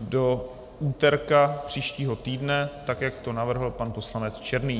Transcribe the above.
do úterka příštího týdne, tak jak to navrhl pan poslanec Černý.